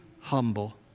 humble